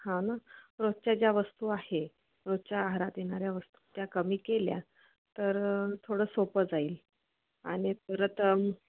हां ना रोजच्या ज्या वस्तू आहे रोजच्या आहारात येणाऱ्या वस्तू त्या कमी केल्या तर थोडं सोपं जाईल आणि परत